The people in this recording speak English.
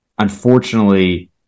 Unfortunately